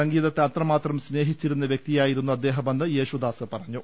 സംഗീതത്തെ അത്ര മാത്രം സ്നേഹിച്ചിരുന്ന വൃക്തിയായിരുന്നു അദ്ദേഹമെന്ന് യേശു ദാസ് പറഞ്ഞു